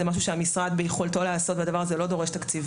זה משהו שביכולתו של המשרד לעשות והדבר הזה לא דורש תקציבים.